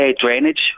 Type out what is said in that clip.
Drainage